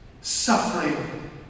suffering